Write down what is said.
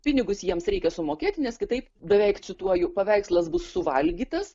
pinigus jiems reikia sumokėti nes kitaip beveik cituoju paveikslas bus suvalgytas